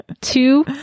Two